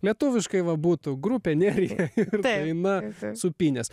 lietuviškai va būtų grupė nerija ir daina sūpynės